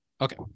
Okay